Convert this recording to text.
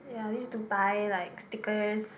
ya I used to buy like stickers